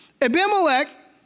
Abimelech